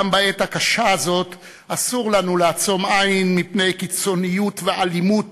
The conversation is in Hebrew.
גם בעת הקשה הזאת אסור לנו לעצום עין בפני קיצוניות ואלימות